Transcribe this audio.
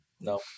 no